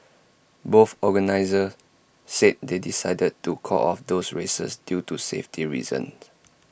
both organisers said they decided to call off those races due to safety reasons